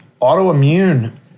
autoimmune